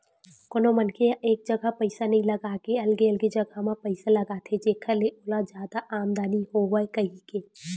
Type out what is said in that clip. कोनो मनखे ह एक जगा पइसा नइ लगा के अलगे अलगे जगा म पइसा लगाथे जेखर ले ओला जादा आमदानी होवय कहिके